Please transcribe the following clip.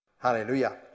Hallelujah